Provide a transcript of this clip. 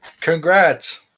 Congrats